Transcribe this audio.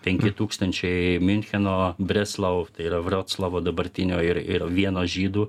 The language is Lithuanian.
penki tūkstančiai miuncheno breslau tai yra vroclavo dabartinio ir ir vienos žydų